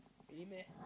really meh